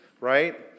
right